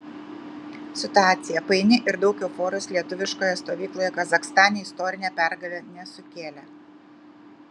situacija paini ir daug euforijos lietuviškoje stovykloje kazachstane istorinė pergalė nesukėlė